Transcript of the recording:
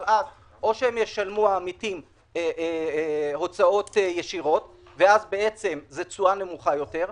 אבל אז או שהעמיתים ישלמו הוצאות ישירות וזו תשואה נמוכה יותר,